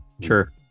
sure